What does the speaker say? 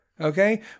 Okay